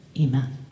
Amen